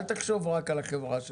אל תחשוב רק על החברה שלך.